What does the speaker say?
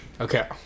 Okay